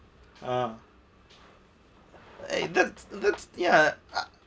ah eh that's that's ya uh